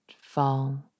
fall